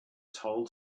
told